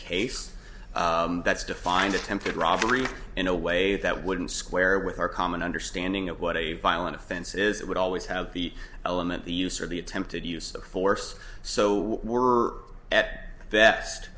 case that's defined attempted robbery in a way that wouldn't square with our common understanding of what a violent offense is it would always have the element the use or the attempted use of force so we're at best